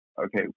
okay